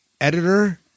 editor